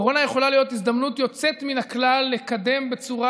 הקורונה יכולה להיות הזדמנות יוצאת מן הכלל לקדם בצורה